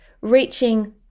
reaching